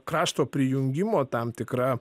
krašto prijungimo tam tikra